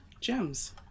gems